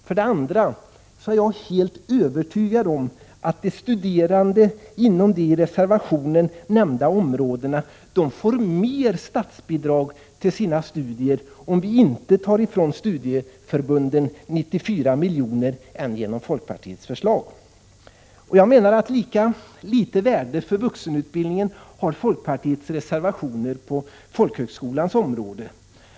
För det andra är jag helt övertygad om att de studerande inom de i reservationen nämnda områdena får mer statsbidrag till sina studier än genom folkpartiets förslag om vi inte tar ifrån studieförbunden 94 miljoner. Lika lite värde för vuxenutbildningen har folkpartiets reservationer på folkhögskolans område.